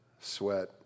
sweat